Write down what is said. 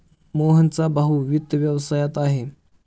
मोहनचा भाऊ वित्त व्यवसायात आहे